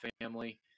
family